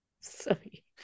Sorry